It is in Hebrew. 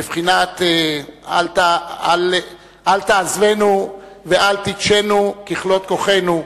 בבחינת אל תעזבנו ואל תיטשנו ככלות כוחנו,